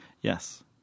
Yes